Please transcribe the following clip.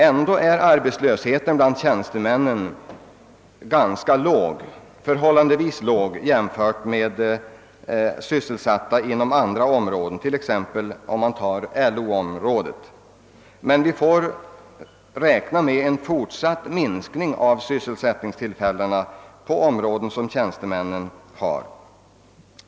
Ändå är arbetslösheten bland tjänstemännen ännu ganska låg jämfört med förhållandet bland andra grupper av anställda, t.ex. på LO-området. Vi får emellertid räkna med en fortsatt minskning av sysselsättningstillfällena inom tjänstemannaområdet.